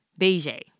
BJ